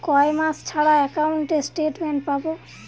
কয় মাস ছাড়া একাউন্টে স্টেটমেন্ট পাব?